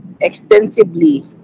extensively